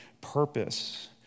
purpose